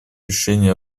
решение